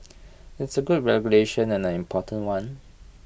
it's A good regulation and an important one